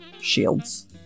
shields